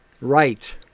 right